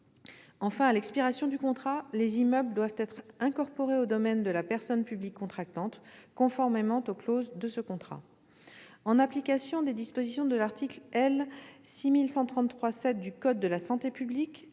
Enfin, à l'expiration du contrat, les immeubles doivent être incorporés au domaine de la personne publique contractante, conformément aux clauses de ce contrat. En application des dispositions de l'article L. 6133-7 du code de la santé publique,